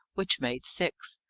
which made six.